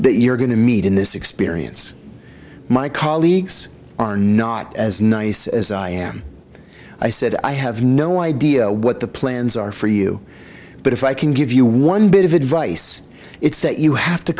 that you're going to meet in this experience my colleagues are not as nice as i am i said i have no idea what the plans are for you but if i can give you one bit of advice it's that you have to